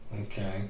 Okay